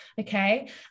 okay